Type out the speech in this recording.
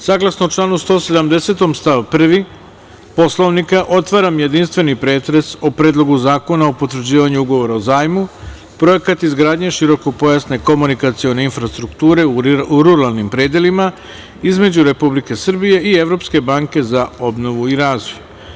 Saglasno članu 170. stav 1. Poslovnika otvaram jedinstveni pretres o Predlogu zakona o potvrđivanju Ugovora o zajmu (Projekat izgradnje širokopojasne komunikacione infrastrukture u ruralnim predelima) između Republike Srbije i Evropske banke za obnovu i razvoj.